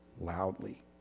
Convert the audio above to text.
loudly